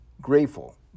grateful